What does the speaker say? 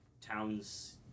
town's